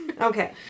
Okay